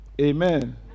Amen